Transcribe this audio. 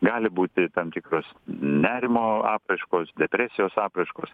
gali būti tam tikros n nerimo apraiškos depresijos apraiškos